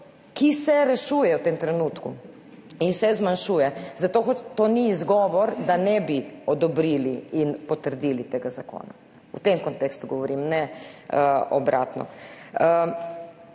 ki se rešuje v tem trenutku, in se zmanjšuje. Zato to ni izgovor, da ne bi odobrili in potrdili tega zakona, v tem kontekstu govorim, ne obratno.